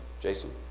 Jason